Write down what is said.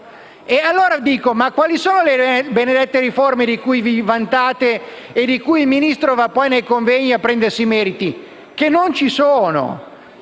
E, allora, quali sono le benedette riforme di cui vi vantate e di cui il Ministro va nei convegni a prendersi i meriti, che non ci sono?